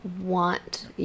want